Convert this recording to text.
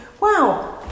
wow